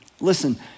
listen